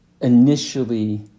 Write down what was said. initially